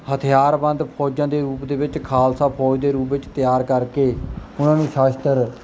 ਹਥਿਆਰਬੰਦ ਫੌਜਾਂ ਦੇ ਰੂਪ ਦੇ ਵਿੱਚ ਖਾਲਸਾ ਫੌਜ ਦੇ ਰੂਪ ਵਿੱਚ ਤਿਆਰ ਕਰਕੇ ਉਹਨਾਂ ਨੂੰ ਸ਼ਾਸਤਰ